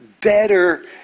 better